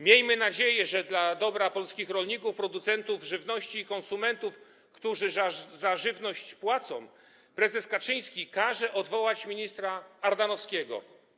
Miejmy nadzieję, że dla dobra polskich rolników, producentów żywności i konsumentów, którzy za żywność płacą, prezes Kaczyński każe odwołać ministra Ardanowskiego.